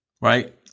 right